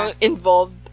involved